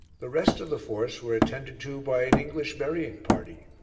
the rest of the force were attended to by an english burying party.